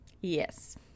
yes